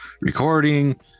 recording